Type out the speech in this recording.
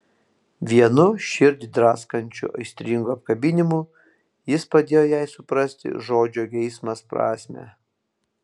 vienu širdį draskančiu aistringu apkabinimu jis padėjo jai suprasti žodžio geismas prasmę